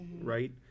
right